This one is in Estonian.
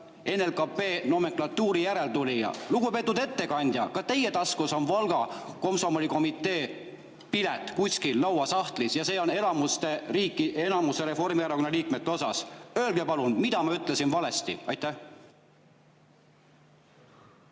NLKP nomenklatuuri järeltulija. Lugupeetud ettekandja, ka teie taskus on Valga komsomolikomitee pilet, kuskil lauasahtlis, ja see on enamikul Reformierakonna liikmetest. Öelge palun, mis ma valesti ütlesin! Aitäh,